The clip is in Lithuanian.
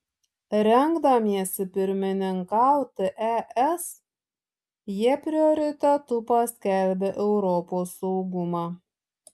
rengdamiesi pirmininkauti es jie prioritetu paskelbė europos saugumą